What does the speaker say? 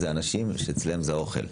אלה אנשים שאצלם זה בשביל אוכל.